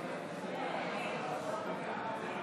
ההצעה להעביר את הצעת חוק התפזרות